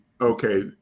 Okay